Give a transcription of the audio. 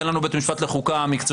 אין לנו בית משפט מקצועי לחוקה בגרמניה?